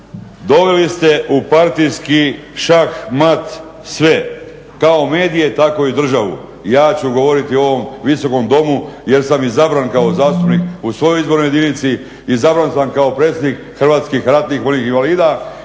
Doveli ste u partijski šah-mat sve, kako medije tako i državu. Ja ću govoriti u ovom Visokom domu jer sam izabran kao zastupnik u svojoj izbornoj jedinici, izabran sam kao predsjednik HRVI-ja i imam